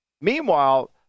Meanwhile